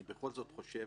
אני בכל זאת חושב